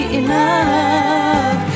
enough